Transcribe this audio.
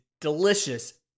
delicious